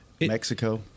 Mexico